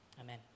Amen